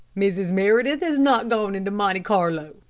mrs. meredith has not gone in to monte carlo,